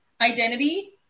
identity